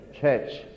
Church